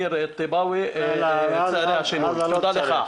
תודה לך.